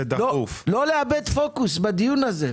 לא לאבד פוקוס בדיון הזה,